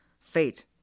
fate